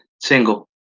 Single